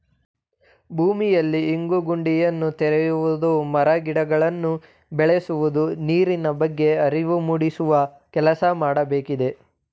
ಭೂಮಿಯಲ್ಲಿ ಇಂಗು ಗುಂಡಿಯನ್ನು ತೆರೆಯುವುದು, ಮರ ಗಿಡಗಳನ್ನು ಬೆಳೆಸುವುದು, ನೀರಿನ ಬಗ್ಗೆ ಅರಿವು ಮೂಡಿಸುವ ಕೆಲಸ ಮಾಡಬೇಕಿದೆ